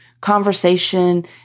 conversation